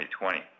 2020